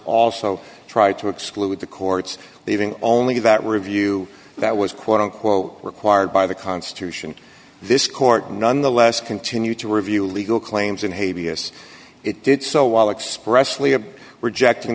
also tried to exclude the courts leaving only that review that was quote unquote required by the constitution this court nonetheless continue to review legal claims in haiti as it did so while expressly a rejecting